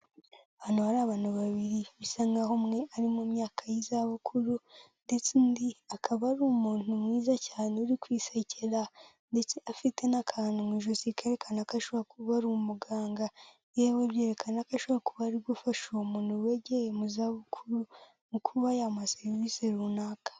Ahantu hari abantu babiri bisa nk'aho umwe ari mu myaka y'izabukuru ndetse undi akaba ari umuntu mwiza cyane uri kwisekera ndetse afite n'akantu mu ijosi kerekana ko ashobora kuba ari umuganga yewe byerekana ko ashobora kuba ari gufasha uwo muntu wegeye mu zabukuru mu kuba yamuha serivisi runaka.